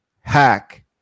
Hack